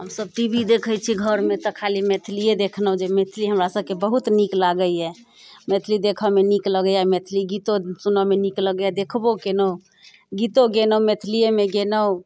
हमसब T V देखै छी घरमे तऽ खाली मैथिलिए देखलहुँ जे मैथिली हमरासबके बहुत नीक लागैए मैथिली देखऽमे नीक लगैए मैथिली गीतो सुनऽमे नीक लगैए देखबो केलहुँ गीतो गेलहुँ मैथिलिएमे गेलहुँ